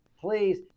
please